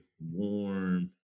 warm